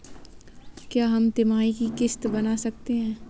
क्या हम तिमाही की किस्त बना सकते हैं?